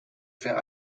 faire